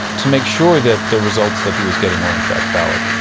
to make sure that the results that he was getting were in fact valid.